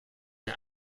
der